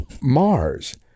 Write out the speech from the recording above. Mars